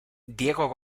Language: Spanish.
diego